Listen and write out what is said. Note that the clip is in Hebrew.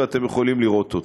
ואתם יכולים לראות אותו.